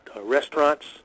restaurants